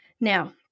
Now